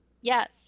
Yes